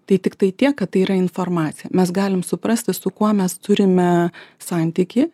tai tiktai tiek kad tai yra informacija mes galim suprasti su kuo mes turime santykį